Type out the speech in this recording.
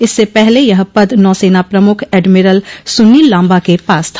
इससे पहले यह पद नौसेना प्रमुख एडमिरल सुनील लाम्बा के पास था